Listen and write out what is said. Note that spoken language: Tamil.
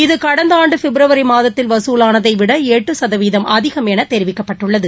இது கடந்த ஆண்டு பிப்ரவரி மாதத்தில் வசூலானதை விட எட்டு கதவீதம் அதிகம் என தெரிவிக்கப்பட்டுள்ளது